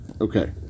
Okay